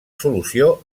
solució